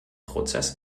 prozess